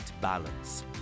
balance